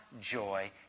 joy